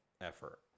effort